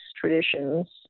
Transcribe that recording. traditions